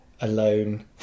alone